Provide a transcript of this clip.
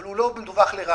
אבל הוא לא מדווח לרעתו,